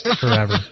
forever